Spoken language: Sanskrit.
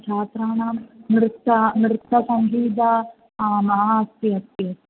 छात्राणां नृत्यं नृत्यसङ्गीतं महत् अस्ति अस्ति